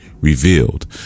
revealed